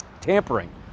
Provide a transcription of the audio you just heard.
tampering